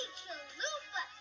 chalupa